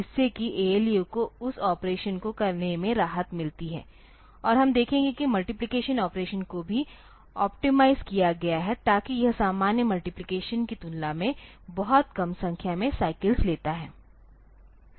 जिससे कि ALU को उस ऑपरेशन को करने से राहत मिलती है और हम देखेंगे कि मल्टिप्लिकेशन ऑपरेशन को भी ऑप्टिमाइज़ किया गया है ताकि यह सामान्य मल्टिप्लिकेशन की तुलना में बहुत कम संख्या में साइकल्स लेता है